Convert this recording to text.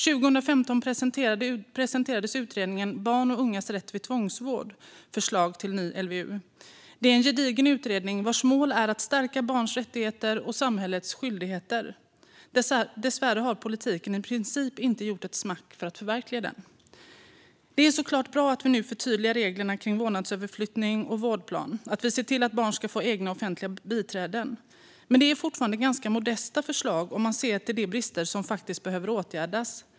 År 2015 presenterades utredningen Barn s och ungas rätt vid tvångvård - F örslag till ny LVU . Det är en gedigen utredning vars mål är att stärka barnens rättigheter och samhällets skyldigheter. Dessvärre har politiken i princip inte gjort ett smack för att förverkliga den. Det är såklart bra att vi nu förtydligar reglerna kring vårdnadsöverflyttning och vårdplan och att vi ser till att barn ska få egna offentliga biträden. Men det är fortfarande ganska modesta förslag om man ser till de brister som faktiskt behöver åtgärdas.